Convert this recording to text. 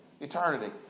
eternity